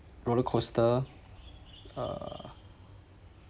roller coaster uh